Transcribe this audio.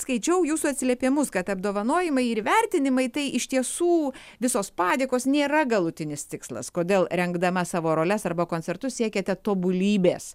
skaičiau jūsų atsiliepimus kad apdovanojimai ir įvertinimai tai iš tiesų visos padėkos nėra galutinis tikslas kodėl rengdama savo roles arba koncertus siekėte tobulybės